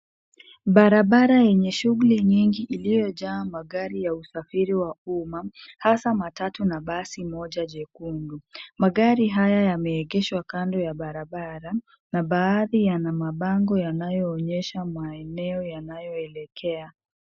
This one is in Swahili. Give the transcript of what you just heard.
Barabara yenye shughuli nyingi iliyojaa magari ya usafiri wa umma, hasa matatu na basi moja jekundu. Magari haya yameegeshwa kando ya barabara na baadhi yana mabango yanayoonyesha maeneo yanayoelekea.